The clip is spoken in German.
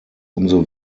umso